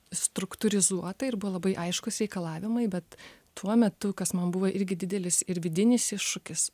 struktūrizuota ir buvo labai aiškūs reikalavimai bet tuo metu kas man buvo irgi didelis ir vidinis iššūkis